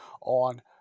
on